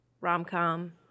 rom-com